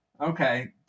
Okay